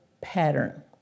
pattern